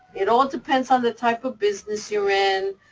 it all depends on the type of business you're in,